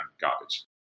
garbage